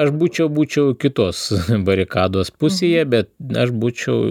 aš būčiau būčiau kitos barikados pusėje bet aš būčiau